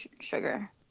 sugar